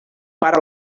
para